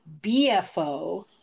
BFO